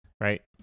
Right